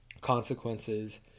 consequences